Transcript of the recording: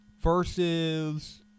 versus